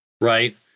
Right